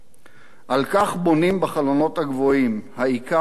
על כך בונים בחלונות הגבוהים, האיכר והחמור.